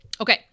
Okay